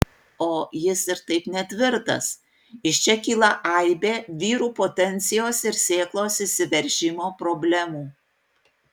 o jis ir taip netvirtas iš čia kyla aibė vyrų potencijos ir sėklos išsiveržimo problemų